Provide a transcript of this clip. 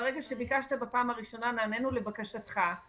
ברגע שביקשת בפעם הראשונה נענינו לבקשתך.